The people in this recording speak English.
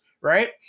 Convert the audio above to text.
Right